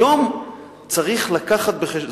היום צריך להביא בחשבון.